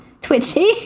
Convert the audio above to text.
twitchy